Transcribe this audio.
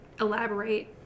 elaborate